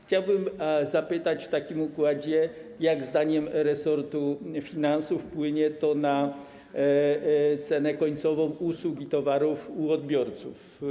Chciałbym zapytać w takim układzie, jak zdaniem resortu finansów wpłynie to na cenę końcową usług i towarów u odbiorców.